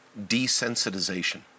desensitization